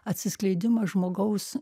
atsiskleidimas žmogaus